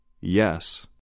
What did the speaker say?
Yes